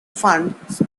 funds